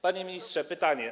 Panie ministrze, mam pytanie.